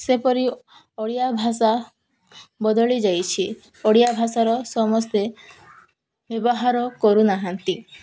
ସେପରି ଓଡ଼ିଆ ଭାଷା ବଦଳି ଯାଇଛି ଓଡ଼ିଆ ଭାଷାର ସମସ୍ତେ ବ୍ୟବହାର କରୁନାହାନ୍ତି